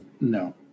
No